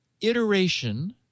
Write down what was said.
iteration